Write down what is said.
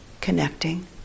connecting